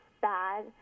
bad